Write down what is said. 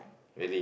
really